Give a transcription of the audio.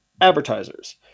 advertisers